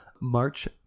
March